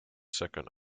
second